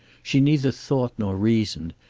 she neither thought nor reasoned.